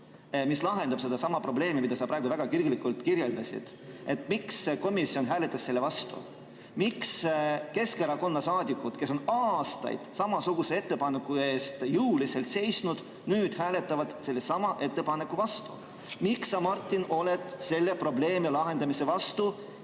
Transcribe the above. mis lahendab sedasama probleemi, mida sa praegu väga kirglikult kirjeldasid, miks komisjon hääletas selle vastu. Miks Keskerakonna saadikud, kes on aastaid samasuguse ettepaneku eest jõuliselt seisnud, hääletavad nüüd sellesama ettepaneku vastu? Miks sa, Martin, oled selle probleemi, mille olemasolu